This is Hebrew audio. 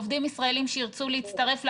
עובדים ישראלים שירצו להצטרף לענף,